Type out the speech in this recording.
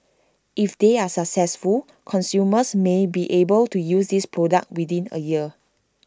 if they are successful consumers may be able to use this product within A year